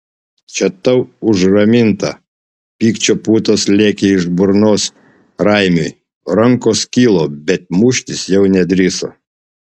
čia tau už ramintą pykčio putos lėkė iš burnos raimiui rankos kilo bet muštis jau nedrįso